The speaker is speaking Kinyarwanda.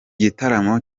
gitaramo